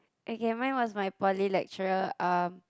okay mine was my poly lecturer um